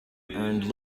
earned